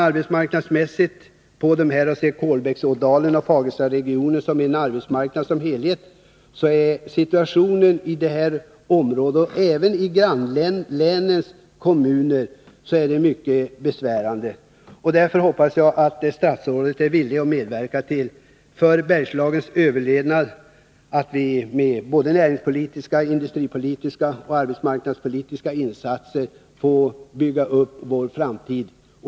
Arbets att rädda sysselsättningen i Skinnskatteberg marknadssituationen i Kolbäcksådalen och Fagerstaregionen samt i grannlänens kommuner är mycket besvärande. För Bergslagens överlevnad hoppas jag därför att statsrådet är villig att göra näringspolitiska, industripolitiska och arbetsmarknadspolitiska insatser, så att vi kan bygga upp vår framtid.